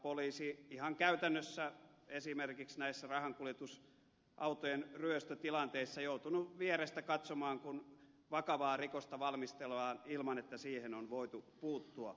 poliisi ihan käytännössä esimerkiksi näissä rahankuljetusautojen ryöstötilanteissa on joutunut vierestä katsomaan kun vakavaa rikosta valmistellaan ilman että siihen on voitu puuttua